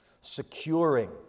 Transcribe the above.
securing